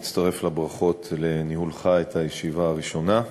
אני מצטרף לברכות על ניהולך את הישיבה הראשונה שלך.